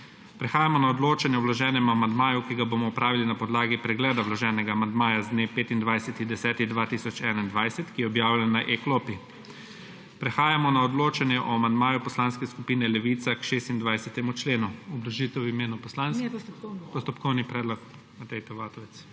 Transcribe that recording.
Prehajamo na odločanje o vloženem amandmaju, ki ga bomo opravili na podlagi pregleda vloženega amandmaja z dne 25. 10. 2021, ki je objavljen na e-klopi. Prehajamo na odločanje o amandmaju Poslanske skupine Levica k 26. členu. Postopkovni predlog, Matej T. Vatovec.